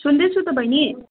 सुन्दैछु त बहिनी